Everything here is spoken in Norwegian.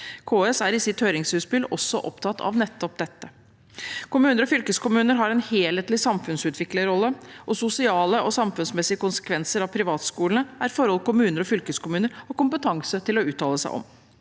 KS er i sitt høringsinnspill også opptatt av nettopp dette. Kommuner og fylkeskommuner har en helhetlig samfunnsutviklerrolle, og sosiale og samfunnsmessige konsekvenser av privatskolene er forhold kommuner og fylkeskommuner har kompetanse til å uttale seg om.